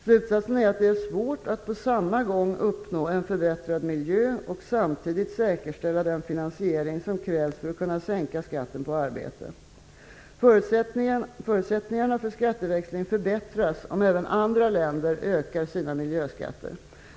Slutsatsen är att det är svårt att på samma gång uppnå en förbättrad miljö och samtidigt säkerställa den finansiering som krävs för att kunna sänka skatten på arbete. Förutsättningarna för skatteväxling förbättras om även andra länder ökar sina miljöskatter.